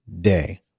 Day